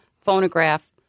phonograph